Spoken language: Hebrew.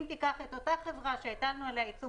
אם תיקח את אותה חברה שהטלנו עליה עיצום